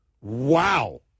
Wow